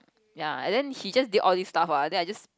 ya then he just did all this stuff ah then I just